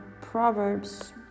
Proverbs